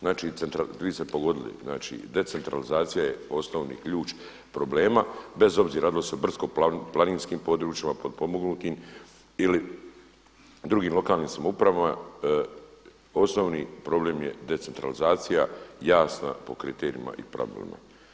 Znači vi ste pogodili, decentralizacija je osnovni ključ problema bez obzira radilo se o brdsko-planinskim područjima, potpomognutim ili drugim lokalnim samoupravama, osnovni problem je decentralizacija jasna po kriterijima i pravilima.